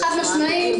חד משמעית.